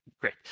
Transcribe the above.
great